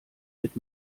mit